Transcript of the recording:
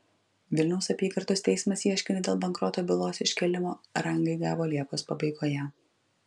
vilniaus apygardos teismas ieškinį dėl bankroto bylos iškėlimo rangai gavo liepos pabaigoje